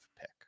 pick